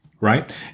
right